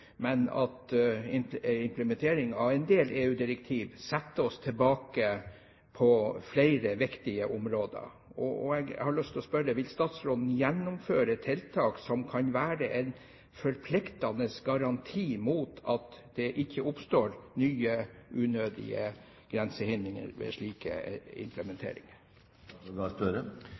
men at implementering av en del EU-direktiv setter oss tilbake på flere viktige områder. Jeg har lyst til å spørre: Vil statsråden gjennomføre tiltak som kan være en forpliktende garanti, slik at det ikke oppstår nye, unødige grensehindringer ved slike implementeringer?